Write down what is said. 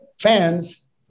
fans